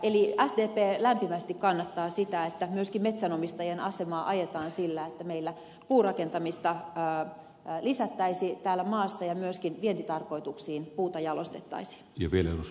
eli sdp lämpimästi kannattaa sitä että myöskin metsänomistajien asemaa ajetaan sillä että meillä puurakentamista lisättäisiin täällä maassa ja myöskin vientitarkoituksiin puuta jalostettaisiin